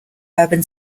urban